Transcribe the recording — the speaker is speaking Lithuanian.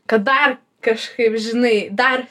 kad dar kažkaip žinai dar